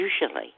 usually